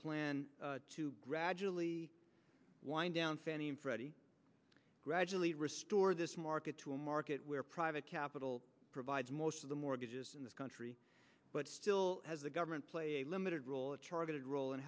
plan to gradually wind down fannie and freddie gradually restore this market to a market where private capital provides most of the mortgages in this country but still has the government play a limited role a targeted role in